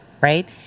right